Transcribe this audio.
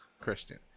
Christian